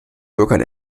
bürgern